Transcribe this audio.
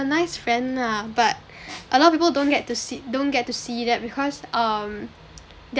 a nice friend lah but a lot people don't get to see don't get to see that because um